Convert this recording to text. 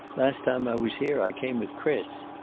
last time i was here i came with chris.